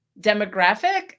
demographic